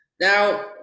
now